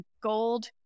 gold